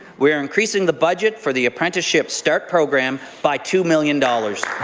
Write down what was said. we are increasing the budget for the apprenticeship start program by two million dollars.